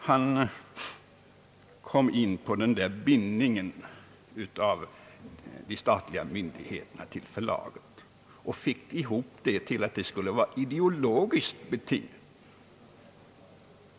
Han kom in på bindningen av de statliga myndigheterna till förlaget och fick det till att det skulle vara ideologiskt betingat.